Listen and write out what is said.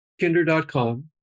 Kinder.com